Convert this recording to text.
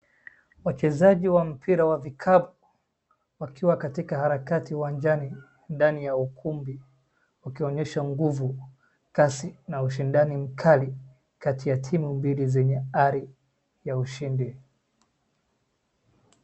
Wachezaji wa mpira wa vikapu wakiwa katika harakati uwanjani ndani ya ukumbi wakionyesha nguvu, kasi na ushindani mkali kati ya timu mbili zenye ari ya ushindi.